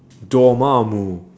Dormammu